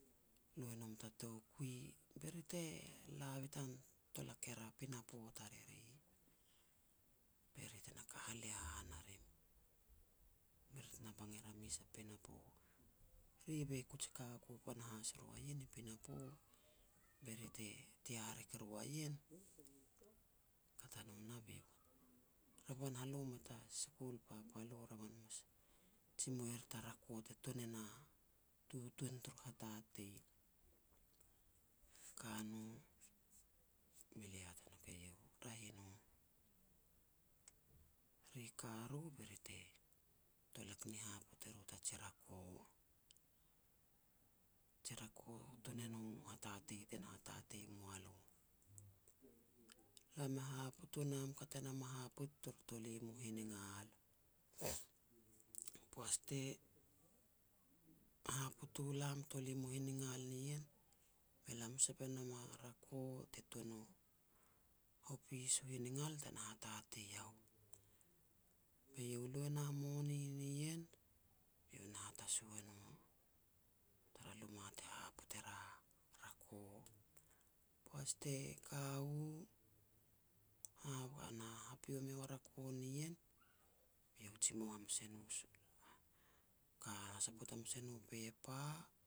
lu e nom ta toukui, be ri te la bitan tolak er a pinapo tariri, be ri te na ka halehan a rim, be ri tena bang er a mes a pinapo. Ri be kuj ka ku panahas ru a ien i pinapo, be ri te tiarik ru a ien. Kat a no nah be iau, revan halo mei ta school papal u, revan mas jimou er ta rako te tuan e na tutuan turu hatatei. Ka no be lia hat e nouk eiau, raeh i no, ri ka ro be ri te tolak ni haput e ro taji rako, ji rako tuan e no hatatei tena hatatei mua lo. Lam e haput u nam, kat e nam a haput turu tolim u hiningal. Poaj te haput u lam tolim u hiningal nien, be lam sep e nam a rako te tuan u hopis u hiningal te na hatatei iau. Be iau e lu e na moni nien be iau na hatasu e no, tara luma te haput e ria rako. Poaj te ka u, a ba na hahapio miu a rako nien, iau jimou hamas e nu school. Ka hasaput hamas e nu pepa